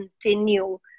continue